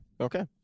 Okay